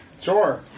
sure